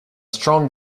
strong